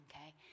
okay